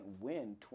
win